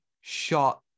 shot